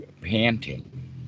panting